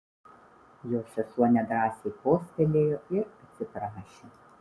jo sesuo nedrąsai kostelėjo ir atsiprašė